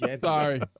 sorry